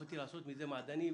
יכולתי לעשות מזה מעדנים.